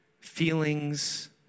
feelings